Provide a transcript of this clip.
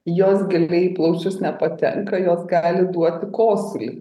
jos giliai į plaučius nepatenka jos gali duoti kosulį